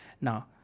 now